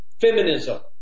Feminism